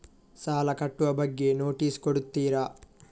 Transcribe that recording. ಸಾಲ ಕಟ್ಟುವ ಬಗ್ಗೆ ನೋಟಿಸ್ ಕೊಡುತ್ತೀರ?